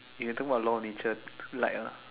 you have to walk along nature to like ah